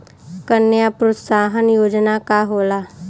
कन्या प्रोत्साहन योजना का होला?